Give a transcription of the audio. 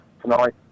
tonight